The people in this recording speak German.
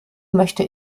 möchte